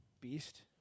Beast